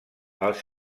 els